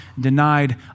denied